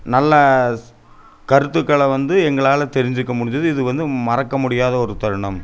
நல்ல கருத்துக்களை வந்து எங்களால் தெரிஞ்சுக்க முடிஞ்சது இது வந்து மறக்க முடியாத ஒரு தருணம்